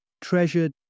treasured